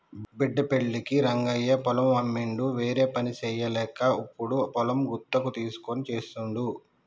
బిడ్డ పెళ్ళికి రంగయ్య పొలం అమ్మిండు వేరేపని చేయలేక ఇప్పుడు పొలం గుత్తకు తీస్కొని చేస్తుండు